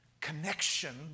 connection